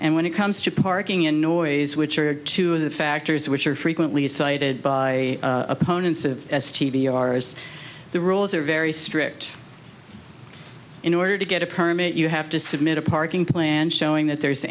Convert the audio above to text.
and when it comes to parking in noise which are two of the factors which are frequently cited by opponents of s t v ours the rules are very strict in order to get a permit you have to submit a parking plan showing that there